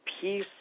peace